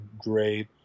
great